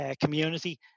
community